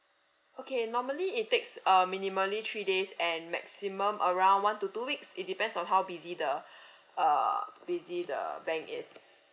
okay normally it takes uh minimally three days and maximum around one to two weeks it depends on how busy the uh busy the bank is